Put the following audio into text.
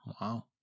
wow